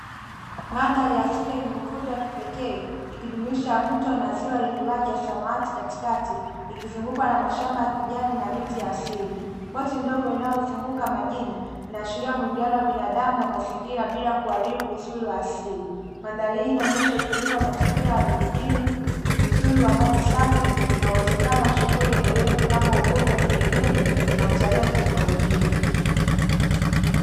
Mandhari ya asili yenye mvuto wa kipekee ikijumuisha mto na ziwa lenye maji ya samawati katikati, ikizungukwa na mashamba ya kijani na miti asili. Boti ndogo inayozunguka majini, inaashiria mwingiliano wa binadamu na mazingira bila kuharibu uzuri wa asili. Mandhari hii inaonyesha utulivu wa mazingira ya vijijini, uzuri wa maji safi na uwezekano wa shughuli endelevu kama uvuvi wa kienyeji na utalii wa kiekolojia.